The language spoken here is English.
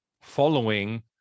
following